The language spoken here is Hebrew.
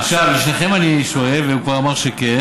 עכשיו, את שניכם אני שואל, והוא כבר אמר שכן,